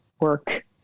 work